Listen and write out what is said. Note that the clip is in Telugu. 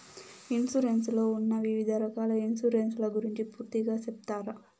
ఇన్సూరెన్సు లో ఉన్న వివిధ రకాల ఇన్సూరెన్సు ల గురించి పూర్తిగా సెప్తారా?